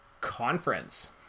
Conference